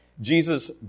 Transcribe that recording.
Jesus